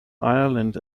ireland